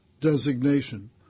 designation